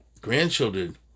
grandchildren